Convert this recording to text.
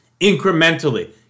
incrementally